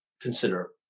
consider